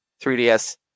3ds